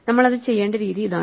നമ്മൾ അത് ചെയ്യേണ്ട രീതി ഇതാണ്